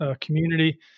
community